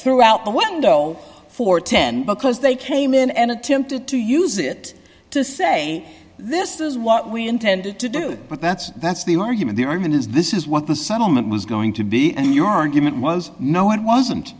through out the window for ten because they came in and attempted to use it to say this is what we intended to do but that's that's the argument the army has this is what the settlement was going to be and your argument was no it wasn't